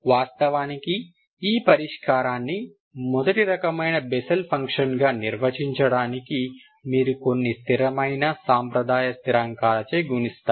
వాస్తవానికి ఈ పరిష్కారాన్ని మొదటి రకమైన బెస్సెల్ ఫంక్షన్గా నిర్వచించడానికి మీరు కొన్ని స్థిరమైన సంప్రదాయ స్థిరాంకాలచే గుణిస్తారు